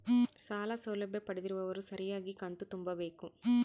ಸಾಲ ಸೌಲಭ್ಯ ಪಡೆದಿರುವವರು ಸರಿಯಾಗಿ ಕಂತು ತುಂಬಬೇಕು?